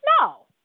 No